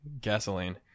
gasoline